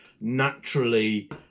naturally